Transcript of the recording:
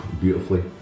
Beautifully